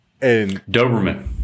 doberman